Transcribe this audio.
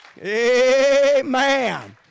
Amen